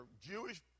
Jewish